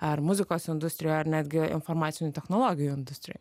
ar muzikos industrijoj ar netgi informacinių technologijų industrijoj